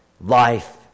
life